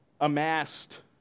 amassed